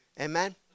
amen